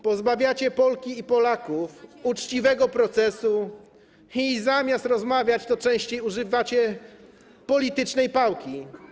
Pozbawiacie Polki i Polaków uczciwego procesu i zamiast rozmawiać, używacie politycznej pałki.